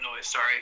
sorry